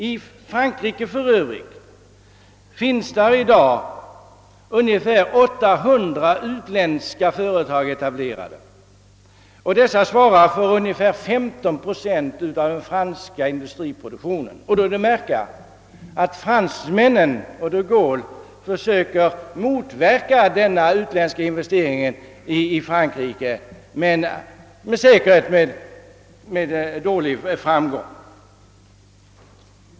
I Frankrike finns i dag ungefär 800 utländska företag etablerade, som svarar för cirka 15 procent av den franska industriproduktionen. Då är det att märka att fransmännen och de Gaulle försöker motverka denna utländska investering i Frankrike — säkert med ringa framgång.